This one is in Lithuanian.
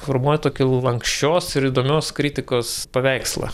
formuoja tokį lanksčios ir įdomios kritikos paveikslą